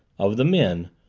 of the men,